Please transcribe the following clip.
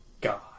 God